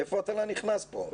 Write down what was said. איפה התל"ן נכנס פה?